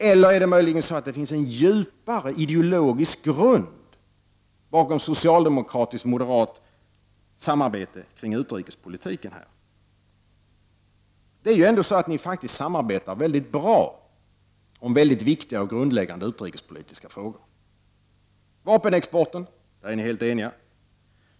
Eller är det möjligen så att det finns en djupare ideologisk grund bakom socialdemokratiskt-moderat samarbete beträffande utrikespolitiken? Ni samarbetar ju faktiskt väldigt bra om mycket viktiga och grundläggande utrikespolitiska frågor. Om vapenexporten är ni helt eniga.